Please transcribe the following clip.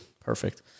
perfect